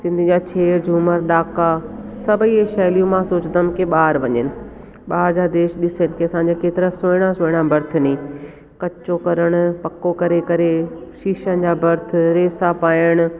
सिंध जा छेज झूमर डहाका सभई शैलियू मां सोचंदमि की ॿार वञनि बाहिरि जा देश ॾिसे कि असांजे केतिरा सुहिणा सुहिणा बर्थ नी कचो करणु पको करे करे शीशनि जा बर्थ रेसा पाइणु